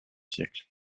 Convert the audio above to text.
siècles